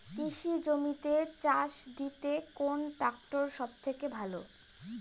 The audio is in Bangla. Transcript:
কৃষি জমিতে চাষ দিতে কোন ট্রাক্টর সবথেকে ভালো?